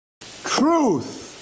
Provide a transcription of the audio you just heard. Truth